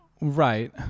Right